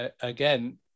again